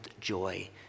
joy